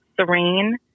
serene